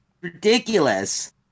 Ridiculous